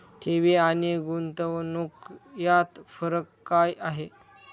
ठेवी आणि गुंतवणूक यात फरक काय आहे?